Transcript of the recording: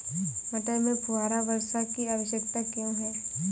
मटर में फुहारा वर्षा की आवश्यकता क्यो है?